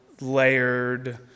layered